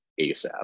ASAP